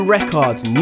Records